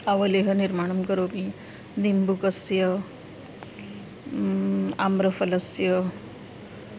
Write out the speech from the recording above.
अवलेहनिर्माणं करोमि निम्बुकस्य आम्रफलस्य